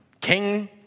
King